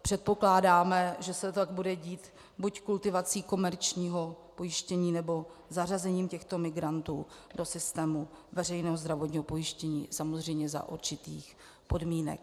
Předpokládáme, že se tak bude dít buď kultivací komerčního pojištění, nebo zařazením těchto migrantů do systému veřejného zdravotního pojištění, samozřejmě za určitých podmínek.